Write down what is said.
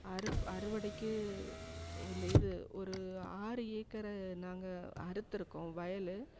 அறுப் அறுவடைக்கு இந்த இது ஒரு ஆறு ஏக்கரை நாங்கள் அறுத்திருக்கோம் வயல்